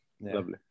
Lovely